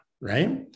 right